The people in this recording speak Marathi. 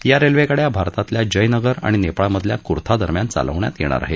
या रेल्वेगाड्या भारतातील जयनगर आणि नेपाळमधील कुर्थादरम्यान चालवण्यात येणार आहेत